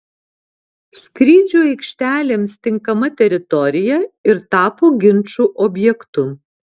skrydžių aikštelėms tinkama teritorija ir tapo ginčų objektu